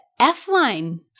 F-line